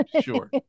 Sure